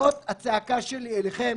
זו הצעקה שלי אליכם.